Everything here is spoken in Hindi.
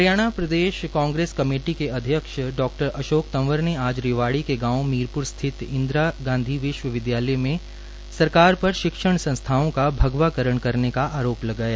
हरियाणा प्रदेश कांग्रेस कमेटी के अध्यक्ष डॉ अशोक तंवर ने आज रेवाड़ी के गांव मीरप्र स्थित इदिरा गांधी विश्वविद्यालय में सरकार पर शिक्षण संस्थाओं का भगवाकरण करने का आरोप लगाया